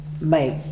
make